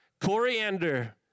coriander